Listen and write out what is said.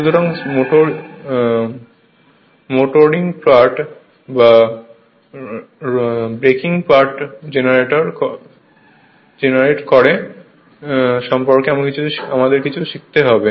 সুতরাং motoring part বা braking part generate করা সম্পর্কে আমাদের কিছুটা শিখতে হবে